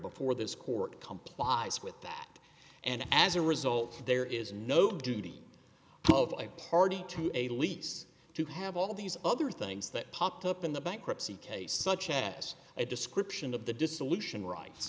before this court complies with that and as a result there is no duty of a party to a lease to have all these other things that popped up in the bankruptcy case such as a description of the dissolution ri